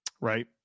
Right